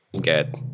get